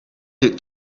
did